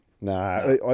Nah